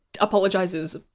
apologizes